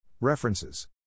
References